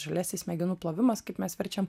žaliasis smegenų plovimas kaip mes verčiam